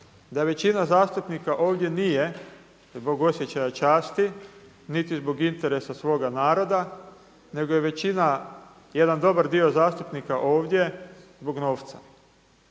da većina zastupnika ovdje nije zbog osjećaja časti niti zbog interesa svoga naroda nego je većina jedan dobar dio zastupnika ovdje zbog novca.